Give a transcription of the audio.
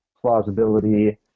plausibility